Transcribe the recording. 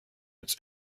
its